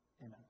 Amen